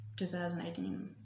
2018